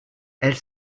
elles